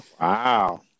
Wow